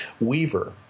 weaver